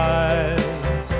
eyes